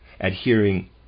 adhering